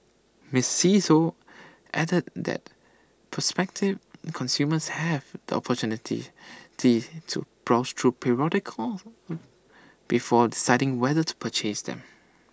miss see Tho added that prospective consumers have the opportunity to browse through periodicals before deciding whether to purchase them